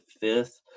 fifth